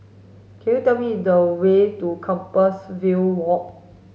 could you tell me the way to Compassvale Walk